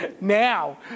now